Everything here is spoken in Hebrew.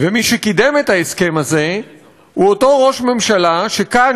ומי שקידם את ההסכם הזה הוא אותו ראש ממשלה שכאן,